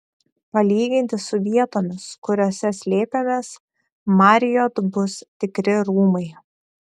palyginti su vietomis kuriose slėpėmės marriott bus tikri rūmai